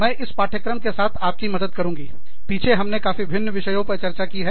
मैं इस पाठ्यक्रम के साथ आपकी मदद करुँगी पीछे हमने काफी भिन्न विषयों पर चर्चा की है